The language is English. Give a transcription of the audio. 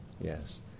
Yes